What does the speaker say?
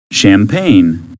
Champagne